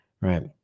right